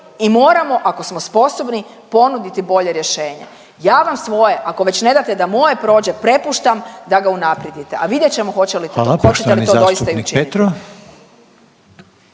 i moramo ako smo sposobni ponuditi bolje rješenje. Ja vam svoje ako već ne date da moje prođe, prepuštam da ga unaprijedite, a vidjet ćemo hoće lite to, hoćete li to